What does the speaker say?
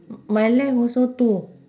my left also two